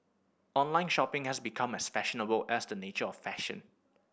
online shopping has become as fashionable as the nature of fashion